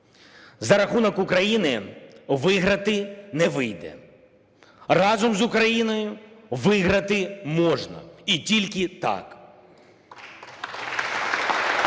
За рахунок України виграти не вийде. Разом з Україною виграти можна і тільки так.